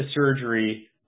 surgery